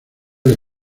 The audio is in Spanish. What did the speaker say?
los